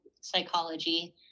psychology